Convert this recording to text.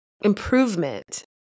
improvement